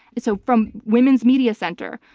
so from women's media center,